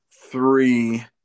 three